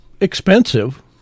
expensive